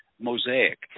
mosaic